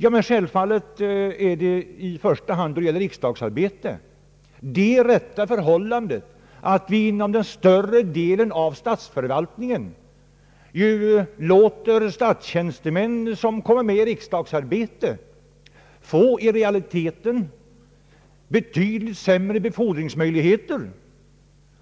Inom större delen av statsförvaltningen råder i realiteten det förhållandet att man låter tjänstemän, som kommer med i riksdagsarbetet, få betydligt sämre befordringsmöjligheter